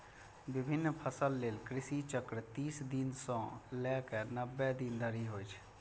विभिन्न फसल लेल कृषि चक्र तीस दिन सं लए कए नब्बे दिन धरि होइ छै